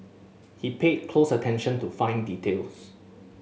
he paid close attention to fine details